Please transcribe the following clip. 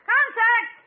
Contact